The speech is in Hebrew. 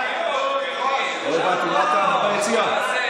לא הבנתי, מה הטענה ביציע?